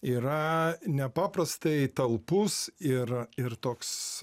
yra nepaprastai talpus ir ir toks